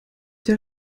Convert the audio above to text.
der